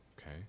Okay